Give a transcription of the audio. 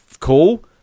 cool